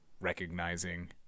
recognizing